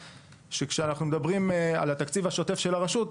שכאשר אנחנו מדברים על התקציב השוטף של הרשות,